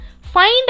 Find